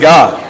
God